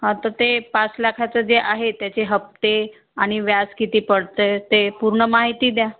हा तर ते पाच लाखाचं जे आहे त्याचे हप्ते आणि व्याज किती पडत आहे ते पूर्ण माहिती द्या